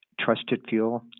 TrustedFuel